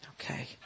Okay